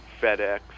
fedex